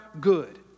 good